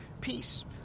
peace